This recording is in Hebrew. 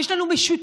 יש לנו משותף.